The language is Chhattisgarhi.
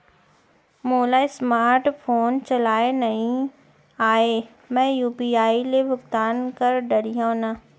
मोला स्मार्ट फोन चलाए नई आए मैं यू.पी.आई ले भुगतान कर डरिहंव न?